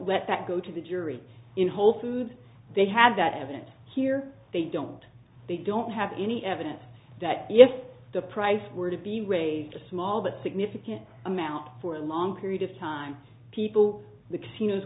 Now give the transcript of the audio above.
let that go to the jury in wholefood they have that evidence here they don't they don't have any evidence that if the price were to be raised a small but significant amount for a long period of time people the casinos